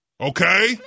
okay